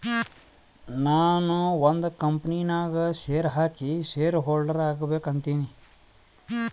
ನಾನು ಒಂದ್ ಕಂಪನಿ ನಾಗ್ ಶೇರ್ ಹಾಕಿ ಶೇರ್ ಹೋಲ್ಡರ್ ಆಗ್ಬೇಕ ಅಂತೀನಿ